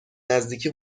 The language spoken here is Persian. نزدیکی